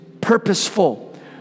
purposeful